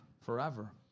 forever